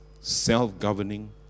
self-governing